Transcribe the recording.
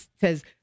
says